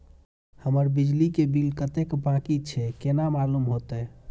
हमर बिजली के बिल कतेक बाकी छे केना मालूम होते?